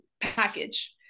package